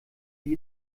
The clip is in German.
wie